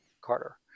Carter